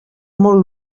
molt